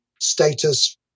status